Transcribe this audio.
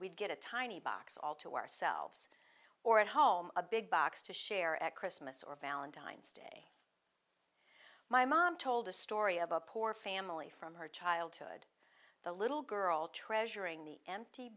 we'd get a tiny box all to ourselves or at home a big box to share at christmas or valentine's day my mom told a story of a poor family from her childhood the little girl treasur